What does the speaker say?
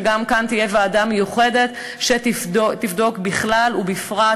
וגם כאן תהיה ועדה מיוחדת שתבדוק בכלל ובפרט